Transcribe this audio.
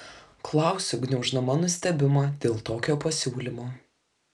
klausiu gniauždama nustebimą dėl tokio pasiūlymo